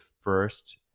first